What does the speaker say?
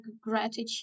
gratitude